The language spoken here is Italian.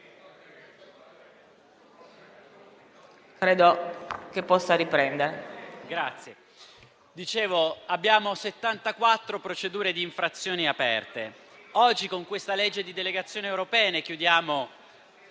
Credo che possa riprendere,